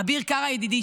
אביר קארה ידידי,